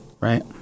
right